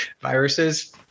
viruses